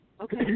Okay